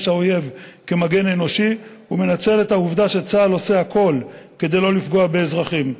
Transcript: האויב כמגן אנושי ומנצל את העובדה שצה"ל עושה הכול כדי לא לפגוע באזרחים.